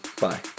Bye